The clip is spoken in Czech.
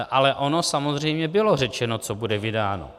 Ale ono samozřejmě bylo řečeno, co bude vydáno.